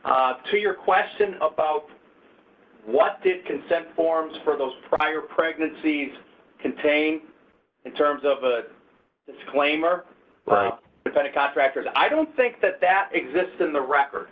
to your question about what did consent forms for those prior pregnancies contain in terms of a disclaimer if any contractors i don't think that that exist in the record